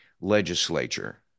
legislature